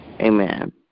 Amen